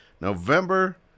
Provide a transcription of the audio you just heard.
November